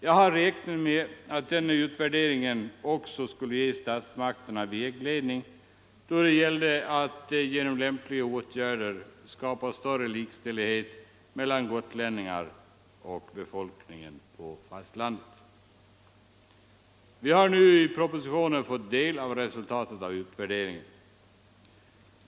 Jag har räknat med att den utvärderingen också skulle ge statsmakterna vägledning då det gällde att genom lämpliga åtgärder skapa större likställighet mellan gotlänningarna och befolkningen på fastlandet. Vi har nu i propositionen fått del av resultatet av utvärderingen.